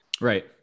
right